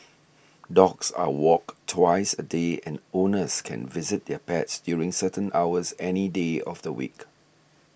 dogs are walked twice a day and owners can visit their pets during certain hours any day of the week